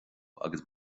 agus